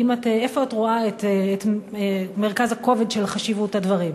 איפה את רואה את מרכז הכובד של חשיבות הדברים?